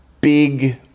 big